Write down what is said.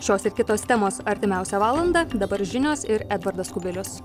šios ir kitos temos artimiausią valandą dabar žinios ir edvardas kubilius